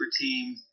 team